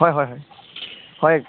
হয় হয় হয় হয়